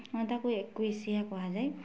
ଆଉ ତାକୁ ଏକୋଇଶିଆ କୁହାଯାଏ